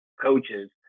coaches